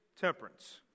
temperance